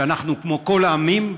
שאנחנו כמו כל העמים,